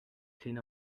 clean